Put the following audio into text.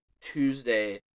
Tuesday